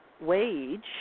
wage